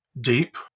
deep